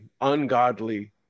ungodly